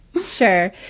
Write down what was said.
Sure